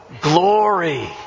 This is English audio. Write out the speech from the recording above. Glory